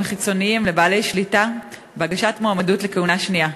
חיצוניים לבעלי שליטה בהגשת מועמדות לכהונה שנייה.